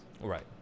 Right